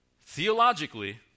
theologically